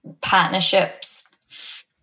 partnerships